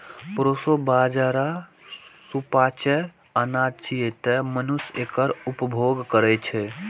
proso बाजारा सुपाच्य अनाज छियै, तें मनुष्य एकर उपभोग करै छै